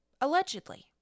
allegedly